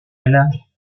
elles